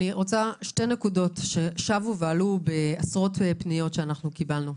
אני רוצה שתי נקודות ששבו ועלו בעשרות פניות שאנחנו קיבלנו.